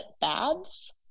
baths